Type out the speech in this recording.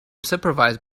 supervised